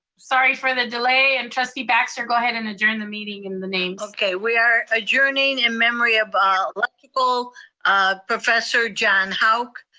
sorry for the delay, and trustee baxter, go ahead and adjourn the meeting and the names. okay, we are adjourning in memory of our like wonderful um professor john hauk,